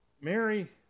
Mary